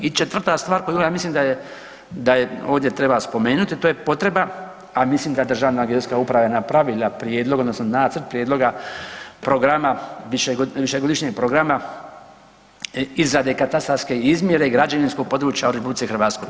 I četvrta stvar koju ja mislim da je ovdje treba spomenuti, to je potreba, a mislim da Državna geodetska uprava je napravila prijedlog odnosno nacrt prijedloga programa, višegodišnjeg programa izrade katastarske izmjere građevinskog područja u RH.